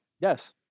Yes